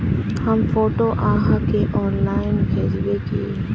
हम फोटो आहाँ के ऑनलाइन भेजबे की?